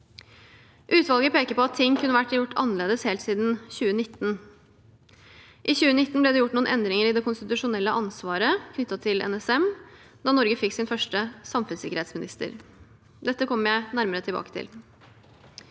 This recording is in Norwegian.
Utvalget peker på at ting kunne vært gjort annerledes helt siden 2019. I 2019 ble det gjort noen endringer i det konstitusjonelle ansvaret knyttet til NSM, da Norge fikk sin første samfunnssikkerhetsminister. Dette kommer jeg nærmere tilbake til.